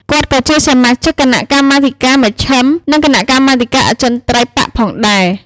គាត់ ក៏ជាសមាជិកគណៈកម្មាធិការមជ្ឈិម និងគណៈកម្មាធិការអចិន្ត្រៃយ៍បក្សផងដែរ ។